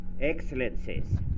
Excellencies